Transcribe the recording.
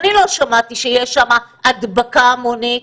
אני לא שמעתי שיש שם הדבקה המונית.